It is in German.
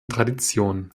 tradition